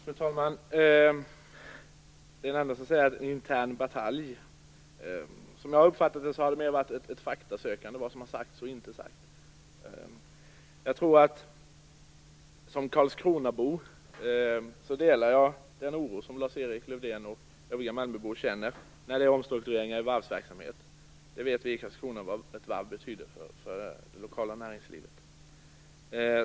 Fru talman! Sten Andersson säger att detta är en intern batalj. Som jag uppfattar det är det väl mer av ett faktasökande om vad som har sagts och inte sagts. Som Karlskronabo delar jag den oro som Lars Erik Lövdén och övriga Malmöbor känner inför omstruktureringar i varvsverksamhet. I Karlskrona vet vi vad ett varv betyder för det lokala näringslivet.